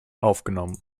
aufgenommen